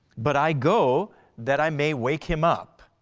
but i go that i may wake him up.